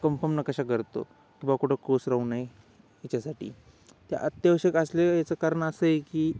कम्फम नकाशा करतो कि बाबा कुठं कोर्स राहू नये याच्यासाठी त्या अत्यावश्यक असले याचं कारण असंय की